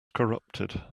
corrupted